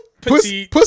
pussy